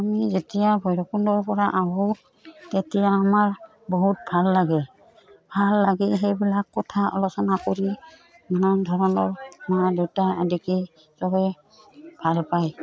আমি যেতিয়া ভৈৰৱকুণ্ডৰপৰা আহোঁ তেতিয়া আমাৰ বহুত ভাল লাগে ভাল লাগে সেইবিলাক কথা আলোচনা কৰি নানান ধৰণৰ মা দেউতা আদিকেই চবেই ভাল পায়